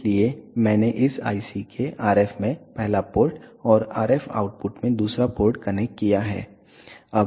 इसलिए मैंने इस IC के RF में पहला पोर्ट और RF आउटपुट में दूसरा पोर्ट कनेक्ट किया है